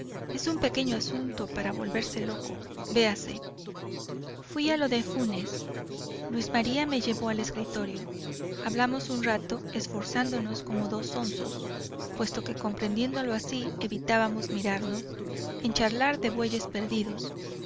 es un pequeño asunto para volverse loco véase fuí a lo de funes luis maría me llevó al escritorio hablamos un rato esforzándonos como dos zonzos puesto que comprendiéndolo así evitábamos mirarnos en charlar de bueyes perdidos